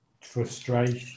frustration